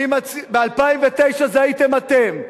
אני, מי היה, ב-2009 זה הייתם אתם.